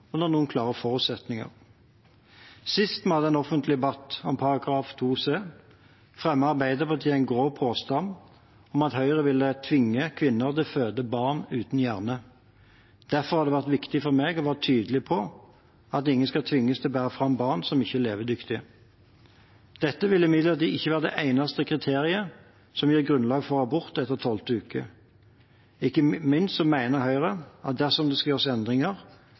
denne bestemmelsen, under noen klare forutsetninger. Sist vi hadde en offentlig debatt om § 2 c, fremmet Arbeiderpartiet en grov påstand om at Høyre ville tvinge kvinner til å føde barn uten hjerne. Derfor har det vært viktig for meg å være tydelig på at ingen skal tvinges til å bære fram barn som ikke er levedyktige. Dette vil imidlertid ikke være det eneste kriteriet som gir grunnlag for abort etter tolvte uke. Ikke minst mener Høyre at dersom det skal gjøres endringer,